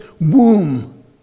womb